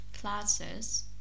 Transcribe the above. classes